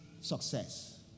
success